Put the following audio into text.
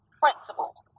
principles